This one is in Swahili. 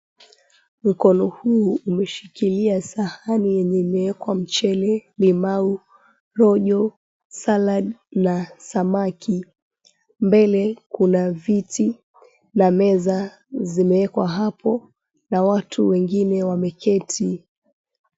Mkono huu umeshikilia sahani yenye imeekwa mchele, limau, pojo, salad na samaki mbele kuna meza na viti zimeekwa hapo na watu wengine wameketi.